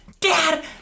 Dad